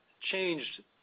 changed